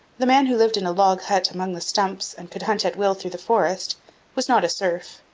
the man who lived in a log-hut among the stumps and could hunt at will through the forest was not a serf.